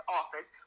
office